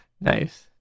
Nice